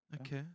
Okay